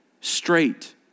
Straight